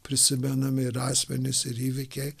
prisimenami ir asmenys ir įvykiai